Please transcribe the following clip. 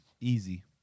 Easy